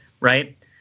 right